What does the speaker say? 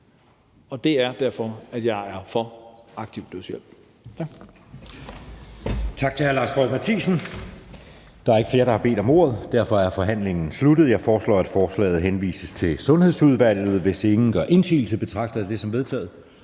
og det er derfor, at jeg er for aktiv dødshjælp.